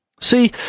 See